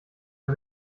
man